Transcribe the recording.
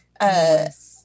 Yes